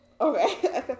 Okay